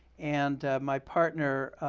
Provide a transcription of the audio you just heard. and my partner,